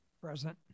Present